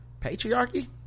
patriarchy